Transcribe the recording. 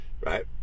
right